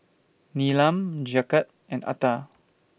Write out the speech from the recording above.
Neelam Jagat and Atal